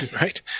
Right